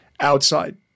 outside